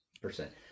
percent